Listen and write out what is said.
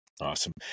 Awesome